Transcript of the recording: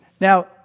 Now